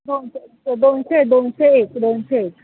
दोनशे दोनशे दोनशे एक दोनशे एक